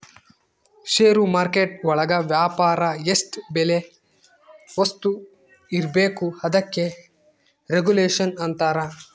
ಷೇರು market ಒಳಗ ವ್ಯಾಪಾರ ಎಷ್ಟ್ ಬೆಲೆ ವಸ್ತು ಇರ್ಬೇಕು ಅದಕ್ಕೆ ರೆಗುಲೇಷನ್ ಅಂತರ